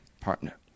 partner